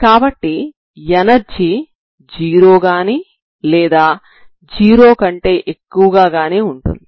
కాబట్టి ఎనర్జీ 0 గాని లేదా 0 కంటే ఎక్కువగా గానీ ఉంటుంది